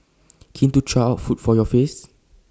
keen to try out food for your face